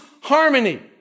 harmony